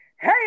Hey